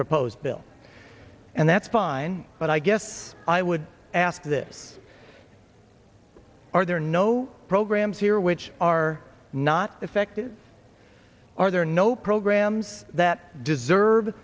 proposed bill and that's fine but i guess i would ask this are there no programs here which are not effective are there are no programs that deserve